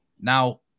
Now